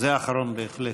זה אחרון, בהחלט.